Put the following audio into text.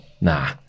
Nah